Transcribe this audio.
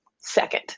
second